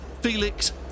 Felix